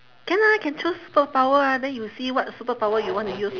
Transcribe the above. can lah can choose superpower ah then you see what superpower you want to use